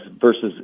versus